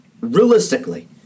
realistically